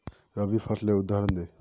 रवि फसलेर उदहारण दे?